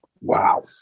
Wow